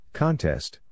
contest